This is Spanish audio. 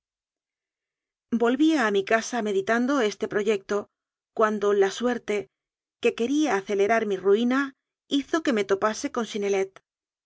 volvía a mi casa meditando este proyecto cuan do la suerte que quería acelerar mi ruina hizo que me topase con synnelet leyó